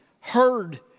heard